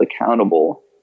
accountable